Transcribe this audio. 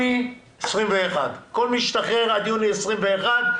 יוני 21'. כל מי שהשתחרר עד יוני 21'